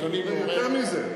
יותר מזה,